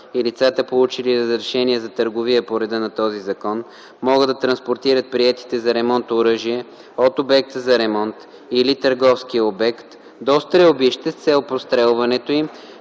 и лицата, получили разрешение за търговия по реда на този закон, могат да транспортират приетите за ремонт оръжия от обекта за ремонт или търговския обект до стрелбище с цел прострелването им,